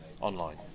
online